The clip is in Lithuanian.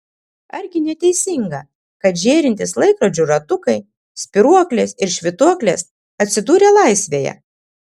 argi neteisinga kad žėrintys laikrodžių ratukai spyruoklės ir švytuoklės atsidūrė laisvėje